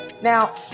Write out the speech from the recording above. now